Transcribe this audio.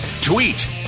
Tweet